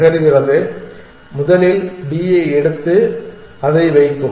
நகர்கிறது முதலில் அது D எடுத்து அதை வைக்கும்